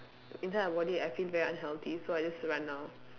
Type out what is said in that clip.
inside my body I feel very unhealthy so I just run ah